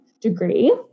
degree